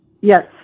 Yes